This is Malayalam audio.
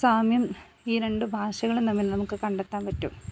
സാമ്യം ഈ രണ്ട് ഭാഷകളും തമ്മിൽ നമുക്ക് കണ്ടെത്താൻ പറ്റും